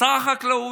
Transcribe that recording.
שר החקלאות.